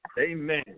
Amen